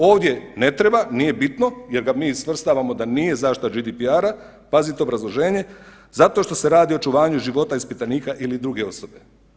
Ovdje ne treba nije bitno jer ga mi svrstavamo da nije zaštita GDPR-a, pazite obrazloženje, zato što se radi o očuvanju života ispitanika ili druge osobe.